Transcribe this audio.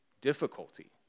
difficulty